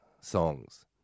songs